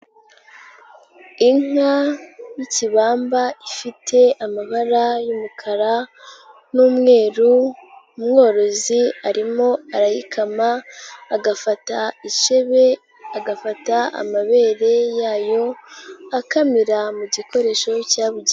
Inka y'ikibamba ifite amabara y'umukara n'umweru, umworozi arimo arayikama, agafata icebe, agafata amabere yayo, akamira mu gikoresho cyabugenewe.